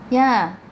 yeah